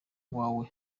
wawe